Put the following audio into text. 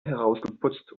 herausgeputzt